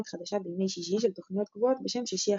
חדשה בימי שישי של תוכניות קבועות בשם "שישי החדש"